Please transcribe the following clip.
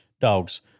Dogs